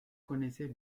connaissait